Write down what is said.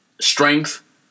strength